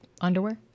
underwear